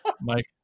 mike